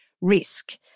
risk